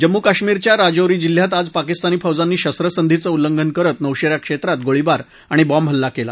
जम्मू कश्मीरच्या राजौरी जिल्ह्यात आज पाकिस्तानी फौजांनी शस्त्रसंधीचं उल्लंघन करत नौशेरा क्षेत्रात गोळीबार आणि बॉम्बहल्ला केला